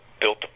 built